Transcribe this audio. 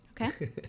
Okay